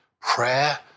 prayer